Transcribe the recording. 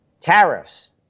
tariffs